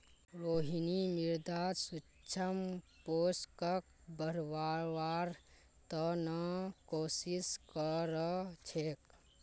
रोहिणी मृदात सूक्ष्म पोषकक बढ़व्वार त न कोशिश क र छेक